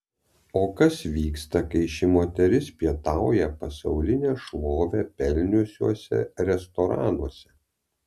o kas vyksta kai ši moteris pietauja pasaulinę šlovę pelniusiuose restoranuose